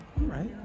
right